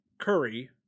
curry